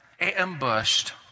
ambushed